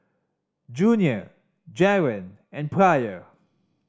Junior Jaron and Pryor